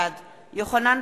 בעד יוחנן